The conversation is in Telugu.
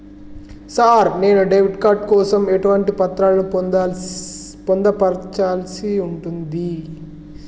సార్ నేను డెబిట్ కార్డు కోసం ఎటువంటి పత్రాలను పొందుపర్చాల్సి ఉంటది?